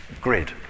grid